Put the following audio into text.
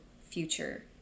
future